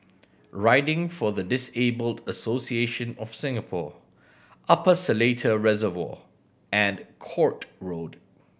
Riding for the Disabled Association of Singapore Upper Seletar Reservoir and Court Road